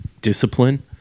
discipline